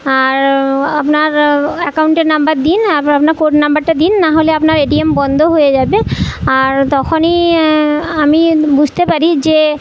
আর আপনার অ্যাকাউন্টের নম্বর দিন আব আপনার কোড নম্বরটা দিন নাহলে আপনার এটিএম বন্ধ হয়ে যাবে আর তখনই আমি বুঝতে পারি যে